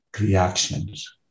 reactions